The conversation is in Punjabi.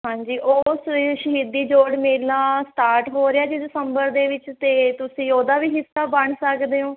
ਹਾਂਜੀ ਉਸ ਸ਼ਹੀਦੀ ਜੋੜ ਮੇਲਾ ਸਟਾਰਟ ਹੋ ਰਿਹਾ ਜੀ ਦਸੰਬਰ ਦੇ ਵਿੱਚ ਅਤੇ ਤੁਸੀਂ ਉਹਦਾ ਵੀ ਹਿੱਸਾ ਬਣ ਸਕਦੇ ਹੋ